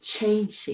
changing